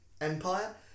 Empire